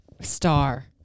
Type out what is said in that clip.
star